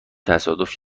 تصادف